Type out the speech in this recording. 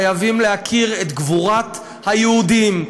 חייבים להכיר את גבורת היהודים,